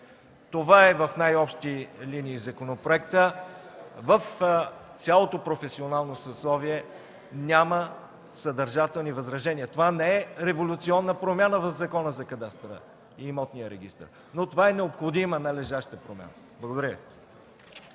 Това е в най-общи линии законопроектът. В цялото професионално съсловие няма съдържателни възражения. Това не е революционна промяна в Закона за кадастъра и имотния регистър, но това е необходима, належаща промяна. Благодаря